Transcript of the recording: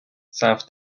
south